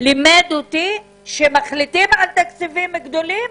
לימד אותי שמחליטים על תקציבים גדולים,